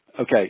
Okay